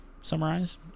summarize